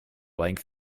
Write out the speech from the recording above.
length